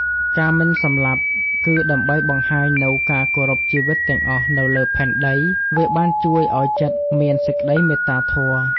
ការមិនសម្លាប់ គឺដើម្បីបង្ហាញនូវការគោរពជីវិតទាំងអស់នៅលើផែនដី វាបានជួយឲ្យចិត្តមានសេចក្តីមេត្តាធម៌។